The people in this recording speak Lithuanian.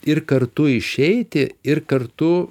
ir kartu išeiti ir kartu